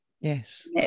Yes